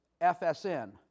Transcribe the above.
FSN